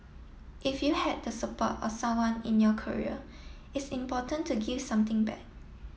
if you had the support of someone in your career it's important to give something back